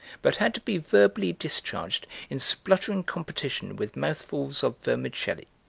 but had to be verbally discharged in spluttering competition with mouthfuls of vermicelli.